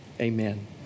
Amen